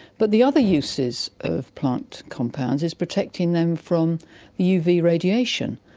but the other uses of plant compounds is protecting them from uv radiation,